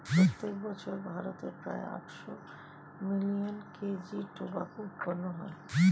প্রত্যেক বছর ভারতে প্রায় আটশো মিলিয়ন কেজি টোবাকোর উৎপাদন হয়